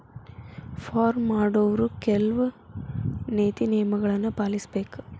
farm ಮಾಡೊವ್ರು ಕೆಲ್ವ ನೇತಿ ನಿಯಮಗಳನ್ನು ಪಾಲಿಸಬೇಕ